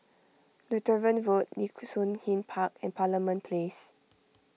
Lutheran Road Nee Soon East Park and Parliament Place